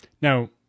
Now